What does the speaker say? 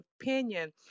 opinion